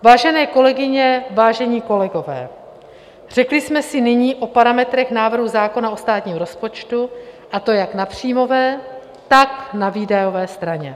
Vážené kolegyně, vážení kolegové, řekli jsme si nyní o parametrech návrhu zákona o státním rozpočtu, a to jak na příjmové, tak na výdajové straně.